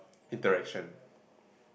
interaction